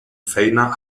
feina